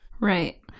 Right